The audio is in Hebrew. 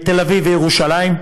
בתל-אביב ובירושלים,